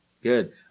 Good